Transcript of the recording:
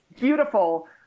beautiful